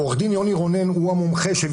עורך דין יוני רונן הוא המומחה שהביא